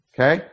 Okay